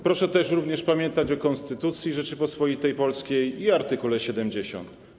Proszę również pamiętać o Konstytucji Rzeczypospolitej Polskiej i art. 70.